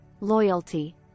loyalty